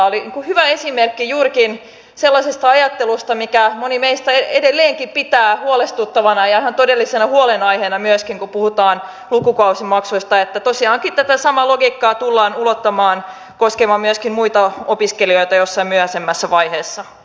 se oli hyvä esimerkki juurikin sellaisesta ajattelusta mitä moni meistä edelleenkin pitää huolestuttavana ja ihan todellisena huolenaiheena myöskin kun puhutaan lukukausimaksuista että tosiaankin tätä samaa logiikkaa tullaan ulottamaan koskemaan myöskin muita opiskelijoita jossain myöhäisemmässä vaiheessa